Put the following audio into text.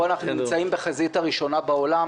פה אנחנו נמצאים בחזית הראשונה בעולם